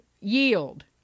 yield